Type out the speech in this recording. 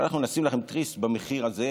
אנחנו נשים לכם תריס במחיר הזה,